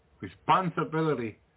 Responsibility